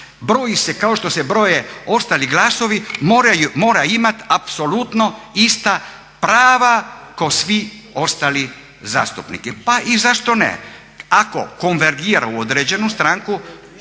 broji se kako što se broje ostali glasovi, mora imat apsolutno ista prava kao svi ostali zastupnici. Pa i zašto ne, ako konvergira u određenu stranku